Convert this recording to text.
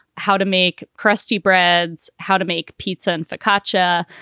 how to make crusty breads, how to make pizza and focaccia.